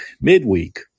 midweek